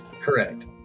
Correct